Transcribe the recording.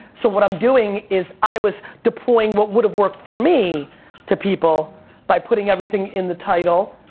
so what i'm doing is, i was deploying what would have worked for me to people by putting everything in the title,